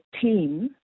team